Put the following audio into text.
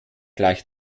gleich